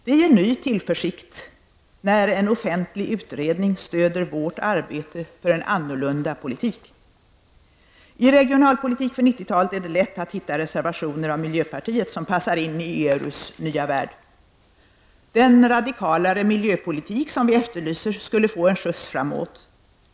Det ger ny tillförsikt när en offentlig utredning stöder vårt arbete för en annan politik. I Regionalpolitik för 90-talet är det lätt att hitta reservationer av miljöpartiet som passar in i ERUs nya värld. Den radikalare miljöpolitik som vi efterlyser skulle få en skjuts framåt.